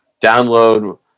download